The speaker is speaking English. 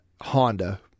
Honda